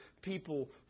people